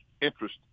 interest